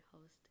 host